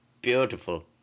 Beautiful